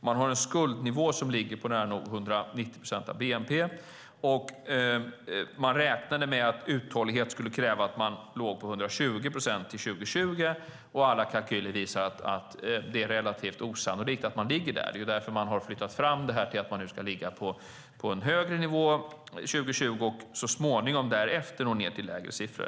Man har en skuldnivå som ligger på nära nog 190 procent av bnp. Man räknade med att uthållighet skulle kräva att man låg på 120 procent till 2020, och alla kalkyler visar att det är relativt osannolikt att man ligger där. Det är därför man har flyttat fram detta till att man nu ska ligga på en högre nivå 2020 och så småningom, därefter, nå ned till lägre siffror.